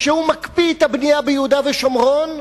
כשהוא מקפיא את הבנייה ביהודה ושומרון,